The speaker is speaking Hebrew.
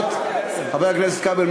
חבר הכנסת כבל,